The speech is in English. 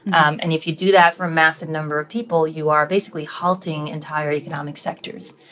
um and if you do that for a massive number of people, you are basically halting entire economic sectors.